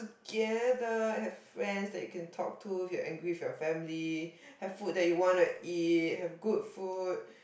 gather have friends that you can talk to if you're angry with your family have food that you wanna eat have good food